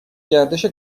گردش